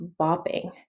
bopping